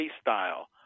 style